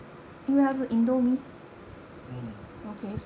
um